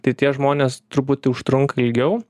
tai tie žmonės truputį užtrunka ilgiau